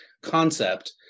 concept